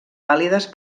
vàlides